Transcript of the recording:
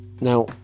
now